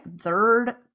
third